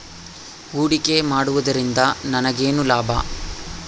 ಹೂಡಿಕೆ ಮಾಡುವುದರಿಂದ ನನಗೇನು ಲಾಭ?